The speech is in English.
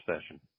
session